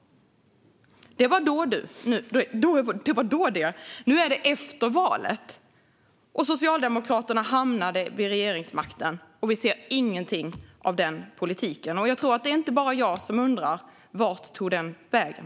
Det var då, det. Nu är det efter valet. Socialdemokraterna hamnade i regeringsmakten, och vi ser ingenting av den politiken. Jag tror att det inte bara är jag som undrar: Vart tog den vägen?